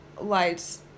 lights